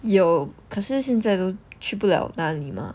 有可是现在都去不了那里 mah